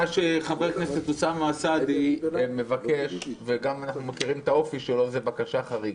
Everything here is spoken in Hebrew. מה שחבר הכנסת אוסאמה סעדי מבקש זה בקשה חריגה.